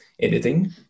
editing